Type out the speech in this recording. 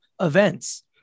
events